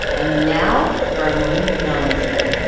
and now for a moment of non-zen